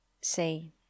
say